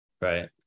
Right